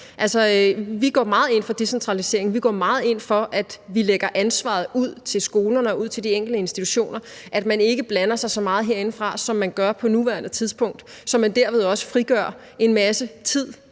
Vi går meget ind for decentralisering, vi går meget ind for, at vi lægger ansvaret ud til skolerne og ud til de enkelte institutioner, og at man ikke blander sig så meget herindefra, som man gør på nuværende tidspunkt, så man derved også frigør en masse tid